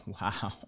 Wow